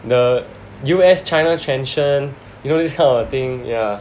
the U_S China tension you know this kind of thing yeah